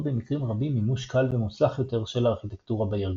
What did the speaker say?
במקרים רבים מימוש קל ומוצלח יותר של הארכיטקטורה בארגון.